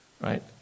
right